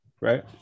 right